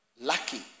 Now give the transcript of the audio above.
lucky